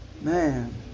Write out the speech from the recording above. man